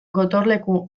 gotorleku